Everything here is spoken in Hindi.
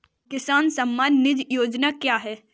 किसान सम्मान निधि योजना क्या है?